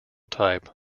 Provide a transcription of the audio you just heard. type